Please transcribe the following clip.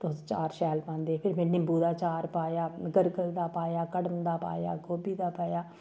तुस चार शैल पांदे फिर में निम्बू दा चार पाया गरगल दा पाया कड़म दा पाया गोभी दा पाया